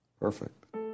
Perfect